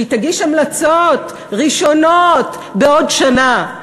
שתגיש המלצות ראשונות בעוד שנה.